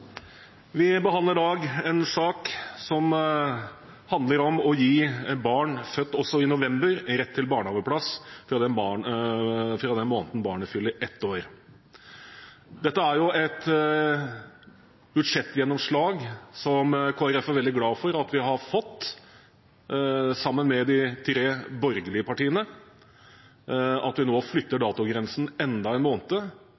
Vi behandler i dag en sak som handler om å gi barn født i november rett til barnehageplass fra den måneden barnet fyller ett år. Dette er et budsjettgjennomslag som vi i Kristelig Folkeparti er veldig glad for at vi har fått til sammen med de tre borgerlige partiene – at vi nå flytter datogrensen enda en måned,